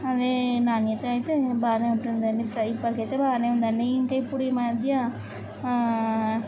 అదే నాణ్యత అయితే బాగానే ఉంటుంది అండి ప్ర ఇప్పటికైతే బాగానే ఉందండి ఇంకా ఇప్పుడు ఈమధ్య